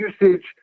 usage